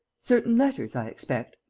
certain letters, i expect?